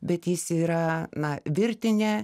bet jis yra na virtinė